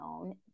own